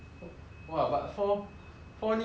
for 你 like super 伟大 leh